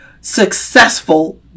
successful